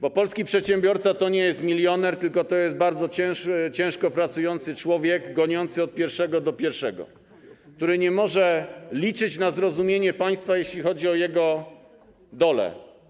Bo polski przedsiębiorca to nie jest milioner, tylko to jest bardzo ciężko pracujący człowiek, goniący od pierwszego do pierwszego, który nie może liczyć na zrozumienie państwa, jeśli chodzi o jego dolę.